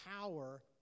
power